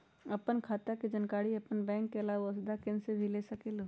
आपन खाता के जानकारी आपन बैंक के आलावा वसुधा केन्द्र से भी ले सकेलु?